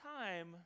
time